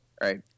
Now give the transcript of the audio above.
Right